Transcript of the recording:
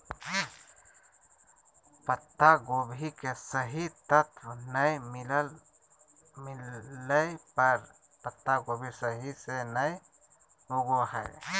पत्तागोभी के सही तत्व नै मिलय पर पत्तागोभी सही से नय उगो हय